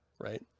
Right